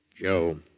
Joe